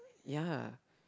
ya